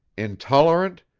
intolerant,